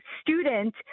student